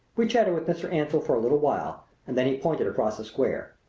we chatted with mr. ansell for a little while and then he pointed across the square.